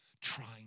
trying